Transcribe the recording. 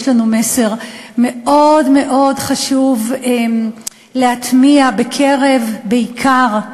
יש לנו מסר מאוד מאוד חשוב להטמיע, בעיקר,